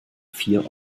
vier